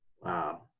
Wow